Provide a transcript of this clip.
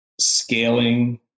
scaling